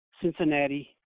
Cincinnati